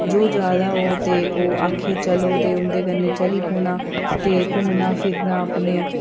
जो जा दा होग ते ओह् आक्खे चलो ते उं'दे कन्नै चली पौना ते घूमना फिरना अपने